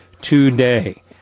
today